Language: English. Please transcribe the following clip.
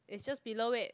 is just below it